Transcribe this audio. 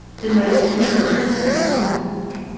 the most numerous are the black.